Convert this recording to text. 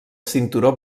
cinturó